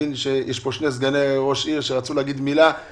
שנמצאים כאן שני סגני ראש העיר שרצו להתייחס.